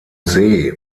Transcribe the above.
see